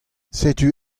setu